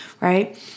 right